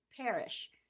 perish